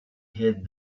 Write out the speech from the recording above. hid